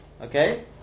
okay